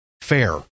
fair